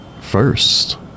first